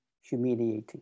humiliating